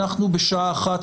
אנחנו בשעה 13:00,